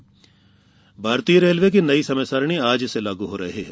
railway भारतीय railway की नई समयसारिणी आज से लागू हो रही है